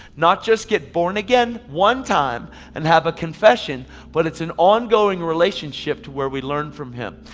not just get born again one time and have a confession but it's an ongoing relationship to where we learn from him.